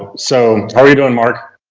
ah so, how are you doing mark?